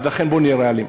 אז לכן בואו נהיה ריאליים.